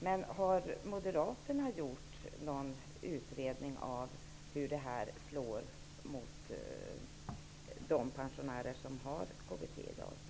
Men har Moderaterna gjort någon utredning av hur det här slår mot de pensionärer som har KBT i dag?